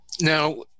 Now